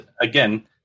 again